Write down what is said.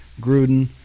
Gruden